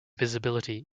visibility